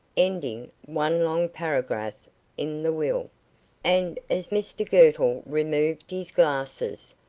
ending one long paragraph in the will and as mr girtle removed his glasses,